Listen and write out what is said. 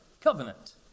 covenant